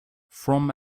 from